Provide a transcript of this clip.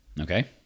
Okay